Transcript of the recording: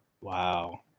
Wow